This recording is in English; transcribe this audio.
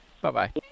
Bye-bye